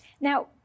Now